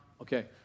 Okay